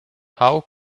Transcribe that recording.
how